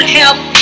help